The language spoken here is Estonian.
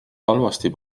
halvasti